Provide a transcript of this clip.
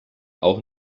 auch